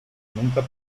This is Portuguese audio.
nunca